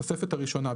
בתוספת הראשונה,